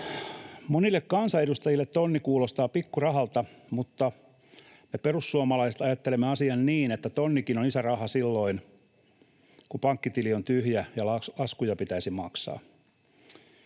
Monille kansanedustajille tonni kuulostaa pikkurahalta, mutta me perussuomalaiset ajattelemme asian niin, että tonnikin on iso raha silloin kun pankkitili on tyhjä ja laskuja pitäisi maksaa.